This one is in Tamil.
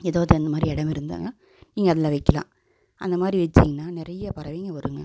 எதாவது அந்த மாதிரி இடம் இருந்ததுனா நீங்கள் அதில் வைக்கலாம் அந்த மாதிரி வச்சிங்கனா நிறைய பறவைங்க வரும்க